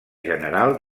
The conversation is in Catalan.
general